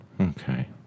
Okay